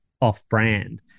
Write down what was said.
off-brand